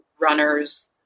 runners